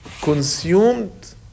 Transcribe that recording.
consumed